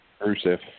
Rusev